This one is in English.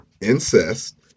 incest